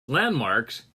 landmarks